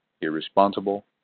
irresponsible